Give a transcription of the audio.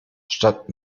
statt